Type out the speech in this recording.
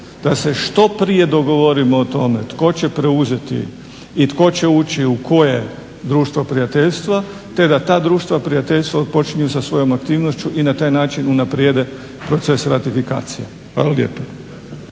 da se što prije dogovorimo o tome tko će preuzeti i tko će ući u koje društvo prijateljstva te da ta društva prijateljstva počinju sa svojom aktivnošću i na taj način unaprijede proces ratifikacije. Hvala lijepa.